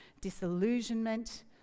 disillusionment